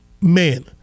Man